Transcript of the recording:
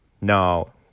no